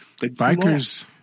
Bikers